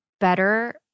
better